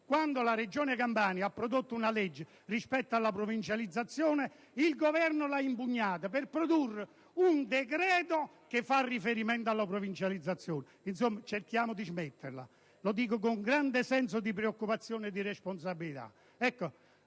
quando la Regione Campania ha prodotto una legge rispetto alla provincializzazione dei rifiuti, il Governo l'ha impugnata, per produrre il decreto-legge n. 195 del 2009 sui rifiuti, che fa riferimento alla provincializzazione. Insomma, cerchiamo di smetterla: lo dico con grande senso di preoccupazione e di responsabilità.